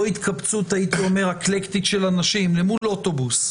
התקבצות אקלקטית של אנשים למול אוטובוס,